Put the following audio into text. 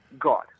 God